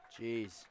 Jeez